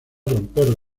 romper